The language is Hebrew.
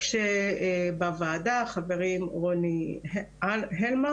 כשבוועדה חברים רוני הלמן